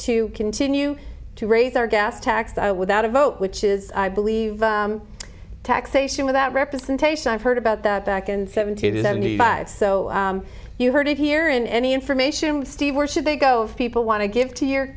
to continue to raise our gas tax without a vote which is i believe taxation without representation i've heard about the back in seventy to seventy five so you heard it here in any information with steve where should they go if people want to give to your